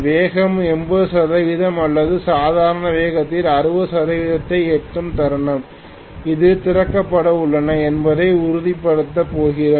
வேகம் 80 சதவிகிதம் அல்லது சாதாரண வேகத்தின் 60 சதவிகிதத்தை எட்டும் தருணம் அது திறக்கப்பட்டுள்ளதா என்பதை உறுதிப்படுத்தப் போகிறோம்